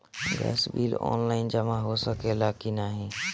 Gas bill online जमा हो सकेला का नाहीं?